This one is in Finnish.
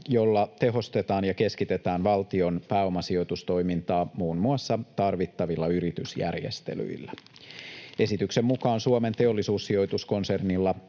jolla tehostetaan ja keskitetään valtion pääomasijoitustoimintaa muun muassa tarvittavilla yritysjärjestelyillä. Esityksen mukaan Suomen Teollisuussijoitus -konsernilla